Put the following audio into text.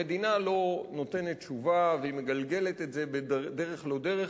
המדינה לא נותנת תשובה והיא מגלגלת את זה בדרך לא דרך.